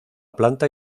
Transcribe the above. planta